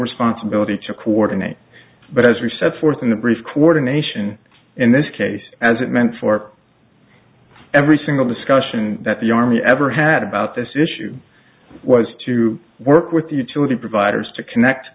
responsibility to coordinate but as we set forth in the brief coordination in this case as it meant for every single discussion that the army ever had about this issue was to work with the utility providers to connect